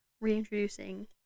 reintroducing